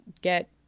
get